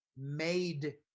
made